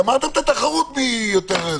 די.